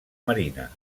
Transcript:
marina